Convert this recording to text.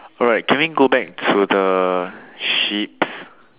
alright can we go back to the sheep